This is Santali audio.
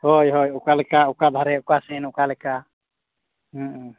ᱦᱳᱭ ᱦᱳᱭ ᱚᱠᱟᱞᱮᱠᱟ ᱚᱠᱟᱫᱷᱟᱨᱮ ᱚᱠᱟᱥᱮᱱ ᱚᱠᱟᱞᱮᱠᱟ ᱦᱮᱸ